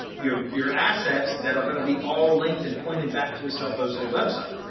your your assets that are going to be all linked and pointed back to a self hosted website.